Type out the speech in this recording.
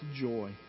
joy